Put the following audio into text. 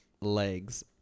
legs